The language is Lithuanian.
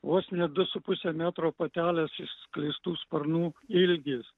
vos ne du su puse metro patelės išskleistų sparnų ilgis